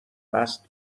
مست